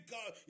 God